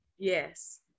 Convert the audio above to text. Yes